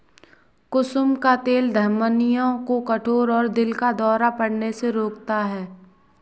कुसुम का तेल धमनियों को कठोर और दिल का दौरा पड़ने से रोकता है